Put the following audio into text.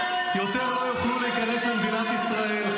לא יוכלו יותר להיכנס למדינת ישראל.